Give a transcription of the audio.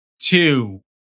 two